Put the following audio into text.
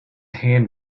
hand